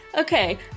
Okay